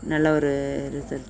நல்ல ஒரு ரிசல்ட்டு